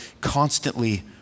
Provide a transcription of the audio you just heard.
constantly